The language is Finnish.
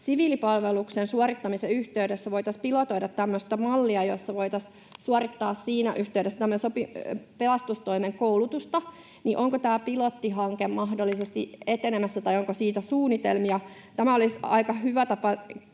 siviilipalveluksen suorittamisen yhteydessä voitaisiin pilotoida tämmöistä mallia, jossa voitaisiin suorittaa siinä yhteydessä tämmöistä pelastustoimen koulutusta, niin onko tämä pilottihanke mahdollisesti etenemässä tai onko siitä suunnitelmia. Tämä olisi aika hyvä tapa